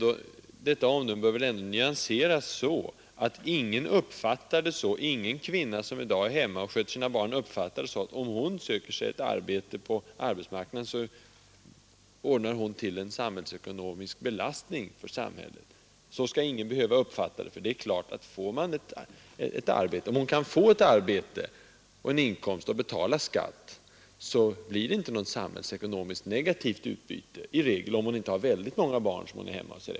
Men detta omdöme måste ändå nyanseras så, att ingen kvinna som i dag är hemma och sköter sina barn får uppfattningen, att det är en samhällsekonomisk belastning om hon söker sig ut på arbetsmarknaden. Om hon kan få ett arbete och en inkomst och betalar skatt, så är det klart att utbytet inte blir negativt för samhället, om hon inte har väldigt många barn som hon är hemma och sköter.